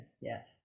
yes